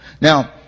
Now